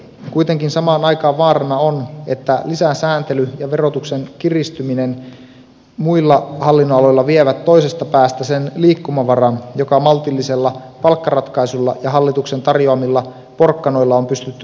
kuitenkin samaan aikaan vaarana on että lisäsääntely ja verotuksen kiristyminen muilla hallinnonaloilla vievät toisesta päästä sen liikkumavaran joka maltillisella palkkaratkaisulla ja hallituksen tarjoamilla porkkanoilla on pystytty luomaan